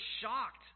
shocked